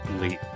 late